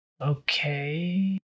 Okay